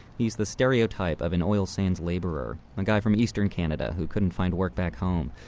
he's the stereotype of an oil sands laborer a guy from eastern canada who couldn't find work back home.